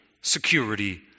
security